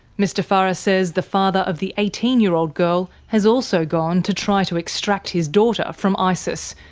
mr farah says the father of the eighteen year old girl has also gone to try to extract his daughter from isis,